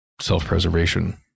self-preservation